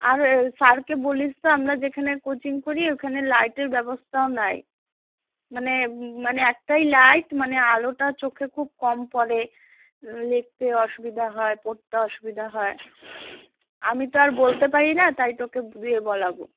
আর এ সারকে বলিস তো আমরা যেখানে কোচিং করি ওখানে লাইটের ব্যবস্থাও নাই মানে মানে একটাই লাইট মানে আলোটা চোখে খুব কম পড়ে লিখতে অসুবিধা হয় পড়তে অসুবিধা হয় আমি তো আর বলতে পারি না তাই তোকে দিয়ে বলাবো